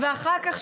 ואחר כך,